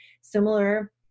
similar